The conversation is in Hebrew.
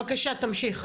בבקשה תמשיך.